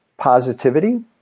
positivity